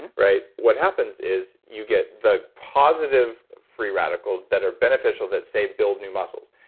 and right, what happens is you get the positive free radicals that are beneficial, that, say, build new muscles.